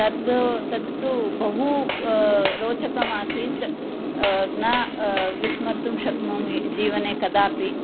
तद् तत्तु बहु रोचकम् आसीत् न विस्मर्तुं शक्नोमि जीवने कदापि